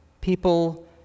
People